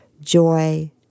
joy